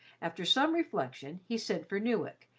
after some reflection, he sent for newick,